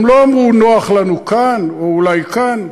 הם לא אמרו: נוח לנו כאן, או אולי כאן.